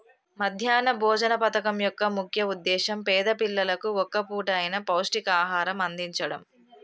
మధ్యాహ్న భోజన పథకం యొక్క ముఖ్య ఉద్దేశ్యం పేద పిల్లలకు ఒక్క పూట అయిన పౌష్టికాహారం అందిచడం